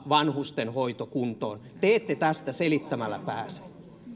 vanhustenhoito kuntoon te ette tästä selittämällä pääse